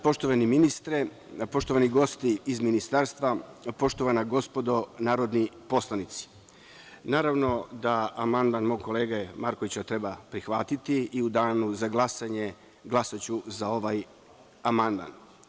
Poštovani ministre, poštovani gosti iz Ministarstva, poštovana gospodo narodni poslanici, naravno da amandman mog kolege Markovića treba prihvatiti i u danu za glasanje glasaću za ovaj amandman.